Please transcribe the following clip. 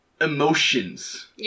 emotions